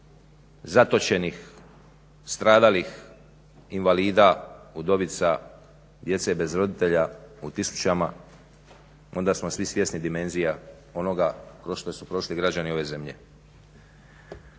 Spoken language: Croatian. zatočenih, stradalih invalida, udovica, djece bez roditelja u tisućama onda smo svi svjesni dimenzija onoga kroz što su prošli građani ove zemlje.